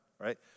right